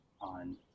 on